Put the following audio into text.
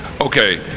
Okay